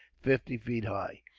fifty feet high.